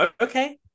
okay